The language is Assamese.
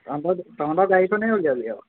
তহঁতৰ তহঁতৰ গাড়ীখনে উলিয়াবি আৰু